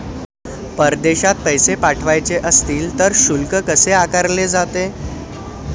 परदेशात पैसे पाठवायचे असतील तर शुल्क कसे आकारले जाते?